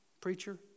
preacher